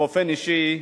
באופן אישי,